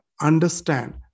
understand